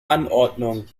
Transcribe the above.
anordnungen